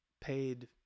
paid